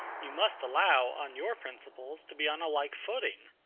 you must allow, on your principles, to be on a like footing,